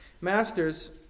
Masters